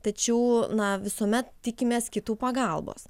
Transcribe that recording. tačiau na visuomet tikimės kitų pagalbos